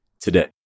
today